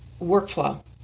workflow